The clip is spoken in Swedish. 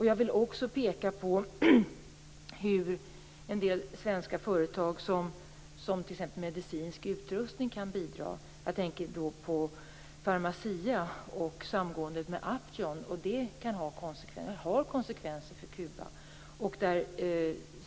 Jag vill också peka på hur en del svenska företag för t.ex. medicinsk utrustning kan bidra. Jag tänker på Pharmacias samgående med Upjohn som har konsekvenser för Kuba.